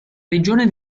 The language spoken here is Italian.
regione